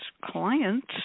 clients